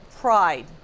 pride